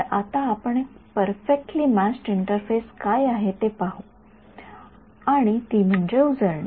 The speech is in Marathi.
तर आता आपण एक परफेक्टली म्यॅच्ड इंटरफेस काय आहे ते पाहू आणि ती म्हणजे उजळणी